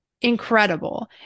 incredible